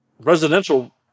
residential